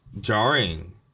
jarring